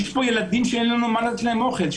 יש פה ילדים שאין לנו מה לתת להם אוכל,